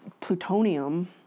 plutonium